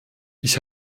ich